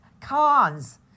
cons